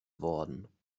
worden